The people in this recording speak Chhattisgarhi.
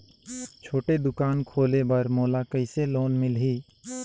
छोटे दुकान खोले बर मोला कइसे लोन मिलही?